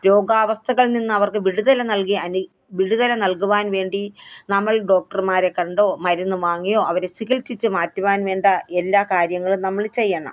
രോഗാവസ്ഥകളിൽ നിന്ന് അവര്ക്ക് വിടുതല നല്കി വിടുതല നല്കുവാന് വേണ്ടി നമ്മള് ഡോക്ടര്മാരെ കണ്ടോ മരുന്ന് വാങ്ങിയോ അവരെ ചികിത്സിച്ച് മാറ്റുവാന് വേണ്ട എല്ലാ കാര്യങ്ങളും നമ്മൾ ചെയ്യണം